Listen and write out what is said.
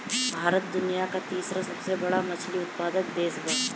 भारत दुनिया का तीसरा सबसे बड़ा मछली उत्पादक देश बा